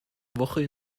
woche